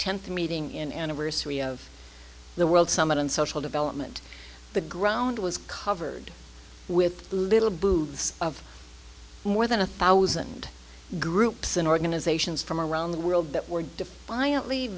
tenth meeting in anniversary of the world summit and social development the ground was covered with little booths of more than a thousand groups and organizations from around the world that were defiantly